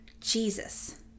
Jesus